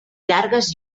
llargues